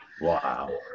Wow